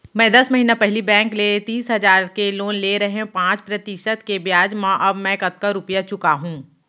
मैं दस महिना पहिली बैंक ले तीस हजार के लोन ले रहेंव पाँच प्रतिशत के ब्याज म अब मैं कतका रुपिया चुका हूँ?